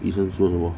医生说什么